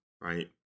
right